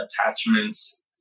attachments